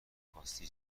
خواستی